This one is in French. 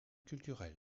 culturel